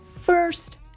first